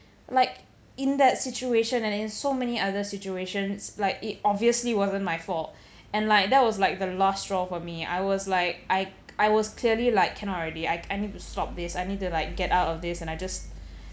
like in that situation and in so many other situations like it obviously wasn't my fault and like that was like the last straw for me I was like I I was clearly like cannot already I I need to stop this I need to like get out of this and I just